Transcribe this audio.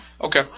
Okay